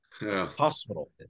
hospital